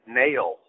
nail